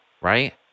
right